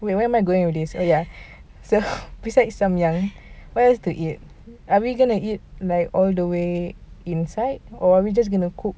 wait where am I going with this so besides samyang what else to eat are we going to eat all the way inside or are we just going to cook